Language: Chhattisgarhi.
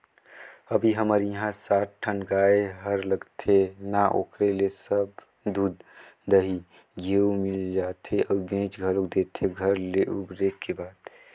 अभी हमर इहां सात ठन गाय हर लगथे ना ओखरे ले सब दूद, दही, घींव मिल जाथे अउ बेंच घलोक देथे घर ले उबरे के बाद